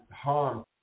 harm